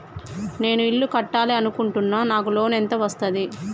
నేను ఇల్లు కట్టాలి అనుకుంటున్నా? నాకు లోన్ ఎంత వస్తది?